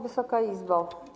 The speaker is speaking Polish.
Wysoka Izbo!